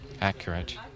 accurate